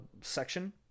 section